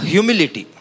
Humility